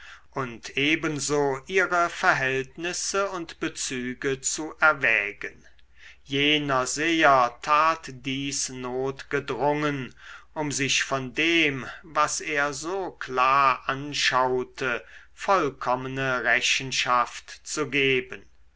und ebenso ihre verhältnisse und bezüge zu erwägen jener seher tat dies notgedrungen um sich von dem was er so klar anschaute vollkommene rechenschaft zu geben